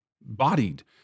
bodied